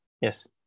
yes